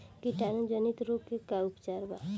कीटाणु जनित रोग के का उपचार बा?